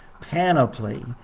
panoply